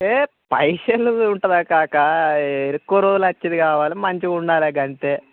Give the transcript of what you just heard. ఏ పైసలు ఉంటుందా కాకా ఎక్కువ రోజులు వచ్చేది కావాలి మంచిగా ఉండాలి అంతే